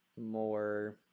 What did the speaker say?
more